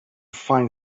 find